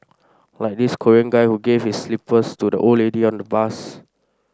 like this Korean guy who gave his slippers to the old lady on the bus